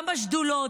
גם בשדולות,